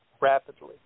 rapidly